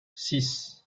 six